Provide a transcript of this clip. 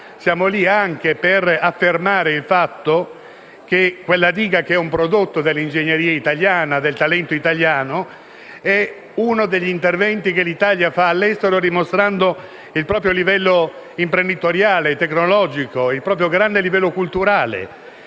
siamo lì anche per affermare il fatto che quella diga, che è un prodotto dell'ingegneria e del talento italiano, è uno degli interventi che l'Italia fa all'estero dimostrando il proprio livello imprenditoriale, tecnologico e il proprio grande livello culturale.